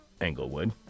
Englewood